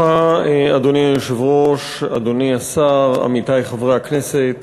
אדוני היושב-ראש, אדוני השר, עמיתי חברי הכנסת,